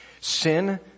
Sin